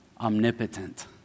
omnipotent